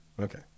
Okay